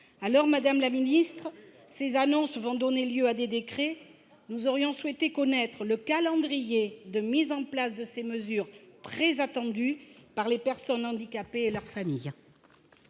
! Madame la ministre, alors que ces annonces vont donner lieu à des décrets, nous souhaiterions connaître le calendrier de mise en place de ces mesures très attendues par les personnes handicapées et par leurs familles.